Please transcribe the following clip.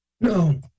no